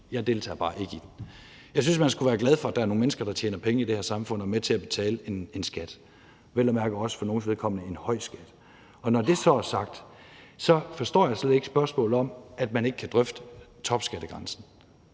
Jeg deltager bare ikke i den. Jeg synes, at man skulle være glad for, at der er nogle mennesker, der tjener penge i det her samfund og er med til at betale en skat – vel at mærke også for nogles vedkommende en høj skat. Og når det så er sagt, forstår jeg slet ikke, at man ikke kan drøfte topskattegrænsen.